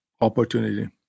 opportunity